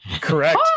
Correct